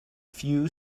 few